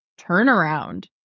turnaround